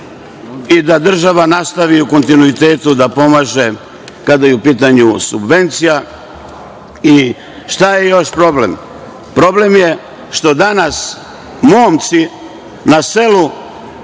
i da država nastavi u kontinuitetu da pomaže kada je u pitanju subvencija. Šta je još problem? Problem je što danas momci na selu